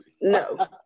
No